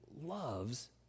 loves